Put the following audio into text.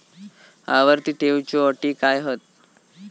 आवर्ती ठेव च्यो अटी काय हत?